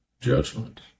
judgment